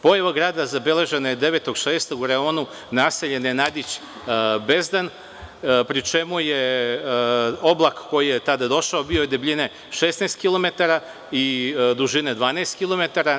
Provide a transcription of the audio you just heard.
Pojava grada zabeležena je 9. juna u reonu naselje Nenadić-Bezdan, pri čemu je oblak koji je tada došao bio debljine 16 km. i dužine 12 km.